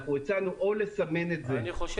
הצענו או לסמן את זה כמידע